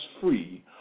free